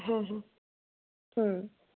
হ্যাঁ হ্যাঁ হুম